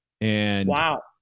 Wow